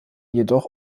jedoch